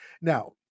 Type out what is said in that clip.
Now